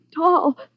tall